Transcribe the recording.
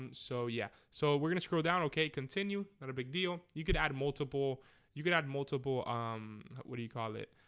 um so yeah, so we're gonna scroll down okay continue. not a big deal. you could add multiple you can add multiple um what do you call it?